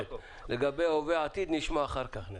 לגבי ההווה והעתיד נשמע אחר-כך.